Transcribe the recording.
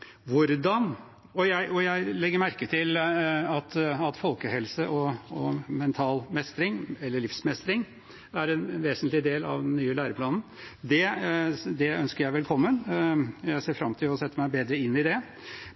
ønsker jeg velkommen. Jeg ser fram til å sette meg bedre inn i det.